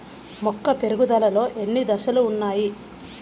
మొక్క పెరుగుదలలో ఎన్ని దశలు వున్నాయి?